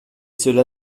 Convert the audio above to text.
cela